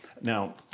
Now